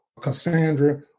Cassandra